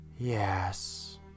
Yes